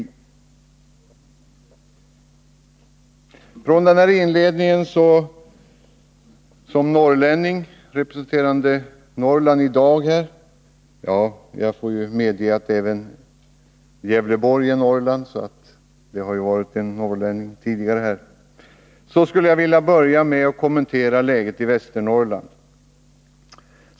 Från denna inledning som jag gjort som norrlänning representerande Norrland här i dag — jag får medge att även Gävleborgs län är en del av Norrland och att det därför varit en norrlänning uppe här tidigare i talarstolen — skulle jag vilja börja med att kommentera läget i Västernorrland.